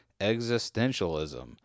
existentialism